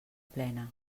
plena